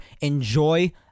enjoy